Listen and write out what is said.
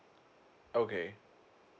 okay